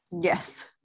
Yes